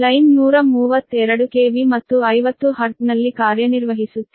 line 132 KV ಮತ್ತು 50 ಹರ್ಟ್ಜ್ನಲ್ಲಿ ಕಾರ್ಯನಿರ್ವಹಿಸುತ್ತಿದೆ